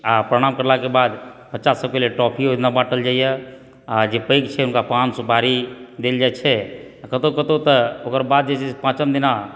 आ प्रणाम करलाके बाद बच्चा सबकेंँ लिए टौफी ओहि दिना बाँटल जाइत यऽआ जे पैघ छै हुनका पान सुपारी देल जाइत छै कतहुँ कतहुँ तऽ ओकर बाद जे छै से पाँचम दिना